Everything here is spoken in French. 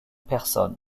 personnes